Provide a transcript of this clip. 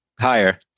Higher